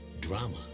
drama